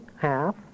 half